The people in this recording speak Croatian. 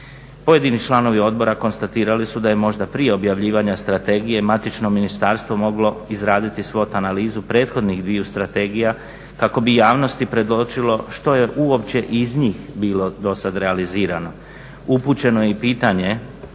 Pojedini članovi odbora konstatirali su da je možda prije objavljivanja strategije matično ministarstvo moglo izraditi … analizu prethodnih dviju strategija kako bi javnosti predočilo što je uopće iz njih bilo dosad realizirano. Upućeno je i pitanje